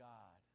God